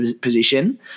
position